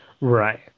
Right